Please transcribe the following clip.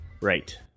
Right